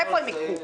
מאיפה הם ייקחו?